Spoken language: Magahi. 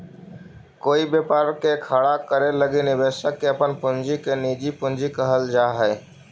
कोई व्यापार के खड़ा करे लगी निवेशक के अपन पूंजी के निजी पूंजी कहल जा हई